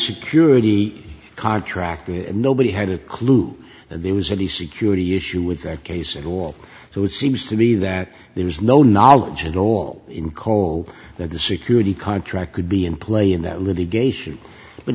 security contracting and nobody had a clue that there was any security issue with their case at all so it seems to me that there was no knowledge at all in cole that the security contract could be in play in that litigation but